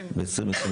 ב-2023,